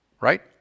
Right